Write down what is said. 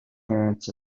parents